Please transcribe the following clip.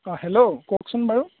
অঁ হেল্ল' কওঁকচোন বাৰু